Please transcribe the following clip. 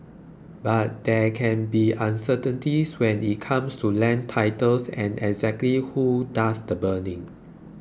but there can be uncertainty when it comes to land titles and exactly who does the burning